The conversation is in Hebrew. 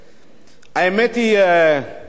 בדיון שהיה בוועדת הפנים של הכנסת,